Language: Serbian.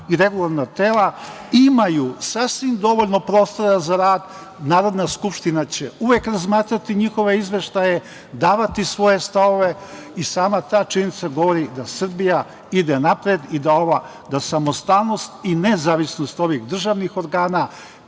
i regulatorna tela imaju sasvim dovoljno prostora za rad. Narodna skupština će uvek razmatrati njihove izveštaje, davati svoje stavove i sama ta činjenica govori da Srbija ide napred i da samostalnost i nezavisnost ovih državnih organa